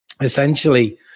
essentially